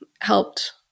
helped